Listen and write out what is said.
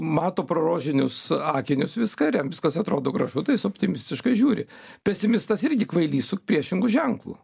mato pro rožinius akinius viską rems kas atrodo gražu taip jis optimistiškai žiūri pesimistas irgi kvailys su priešingu ženklu